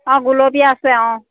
অঁ গোলপীয়া আছে অঁ